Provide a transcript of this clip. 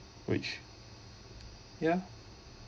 which ya